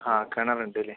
ആ കിണറുണ്ട് അല്ലെ